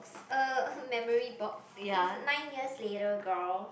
uh memory box it's nine years later girl